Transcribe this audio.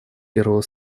первого